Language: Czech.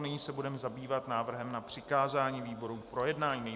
Nyní se budeme zabývat návrhem na přikázání výborům k projednání.